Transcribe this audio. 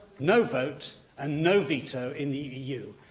no vote, and no veto in the eu.